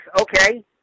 Okay